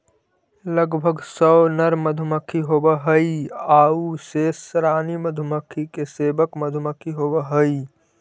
लगभग सौ नर मधुमक्खी होवऽ हइ आउ शेष रानी मधुमक्खी के सेवक मधुमक्खी होवऽ हइ